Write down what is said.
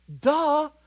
Duh